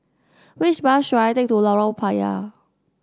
which bus should I take to Lorong Payah